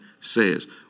says